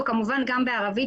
וכמובן גם בערבית.